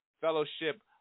fellowship